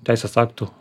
teisės aktų